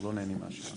לא נהנים מהשירה,